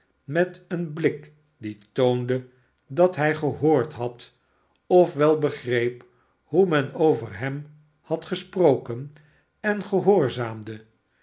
met een blik die toonde dat hij gehoord had of wel begreep hoe men over hem had gesproken en gehoorzaamde